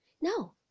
No